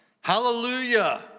Hallelujah